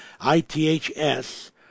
i-t-h-s